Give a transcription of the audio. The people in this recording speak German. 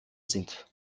sind